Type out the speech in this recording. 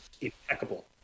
impeccable